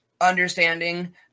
understanding